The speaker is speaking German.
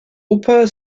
oper